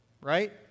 right